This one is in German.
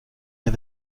der